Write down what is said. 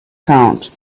count